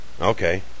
Okay